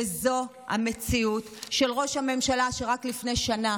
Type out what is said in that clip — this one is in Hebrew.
וזו המציאות של ראש הממשלה, שרק לפני שנה